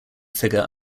figure